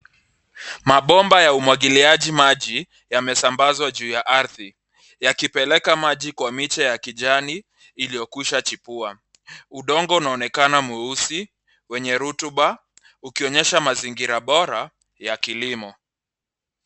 Mabomba ya umwagiliaji maji, yamesambazwa juu ya ardhi yakipeleka maji kwa miche ya kijani iliyokwisha chipua. Udongo unaonekana mweusi, wenye rutuba, ukionyesha mazingira bora ya kilimo.